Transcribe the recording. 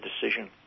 decision